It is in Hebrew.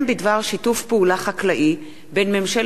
מאת חברת